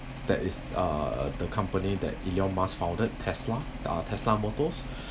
that is uh the company that elon musk founded tesla tesla motors